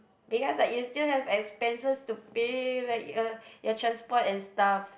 because like you still have expenses to pay like uh your transport and stuff